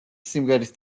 სიმღერის